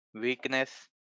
Weakness